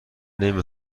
نمی